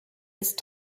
ist